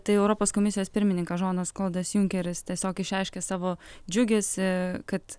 tai europos komisijos pirmininkas žanas klodas junkeris tiesiog išreiškė savo džiugesį kad